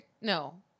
no